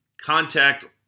contact